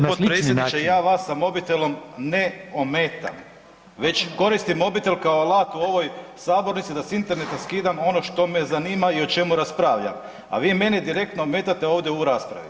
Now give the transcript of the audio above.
g. Potpredsjedniče, ja vas sa mobitelom ne ometam već koristim mobitel kao alat u ovoj sabornici da s interneta skidam ono što me zanima i o čemu raspravljam, a vi meni direktno ometate ovdje u raspravi.